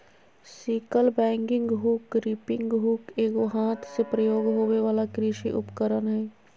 sickle bagging hook, reaping hook एगो हाथ से प्रयोग होबे वला कृषि उपकरण हइ